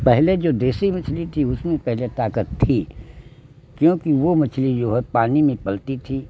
पहले जो देसी मछली थी उसमें पहले ताकत थी क्योंकि वह मछली जो है पानी में पलती थी